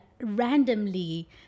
Randomly